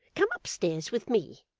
come upstairs with me